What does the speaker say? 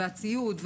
הציוד,